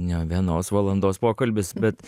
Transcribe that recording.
ne vienos valandos pokalbis bet